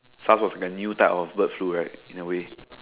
S_A_R_S was a new type of bird flu right in a way